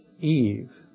Eve